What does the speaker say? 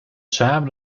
samen